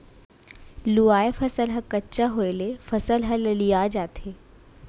लूवाय फसल ह कच्चा होय ले फसल ह ललिया जाथे